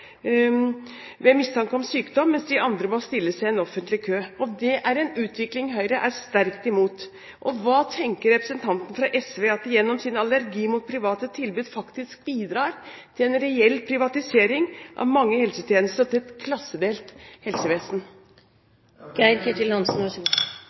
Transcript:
ved mistanke om sykdom, mens andre må stille seg i en offentlig kø. Det er en utvikling Høyre er sterkt imot. Hva tenker representanten fra SV om at de gjennom sin allergi mot private tilbud faktisk bidrar til en reell privatisering av mange helsetjenester og til et klassedelt helsevesen?